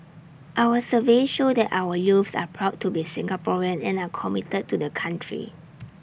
our surveys show that our youths are proud to be Singaporean and are committed to the country